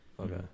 Okay